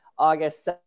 august